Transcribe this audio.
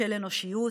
של אנושיות,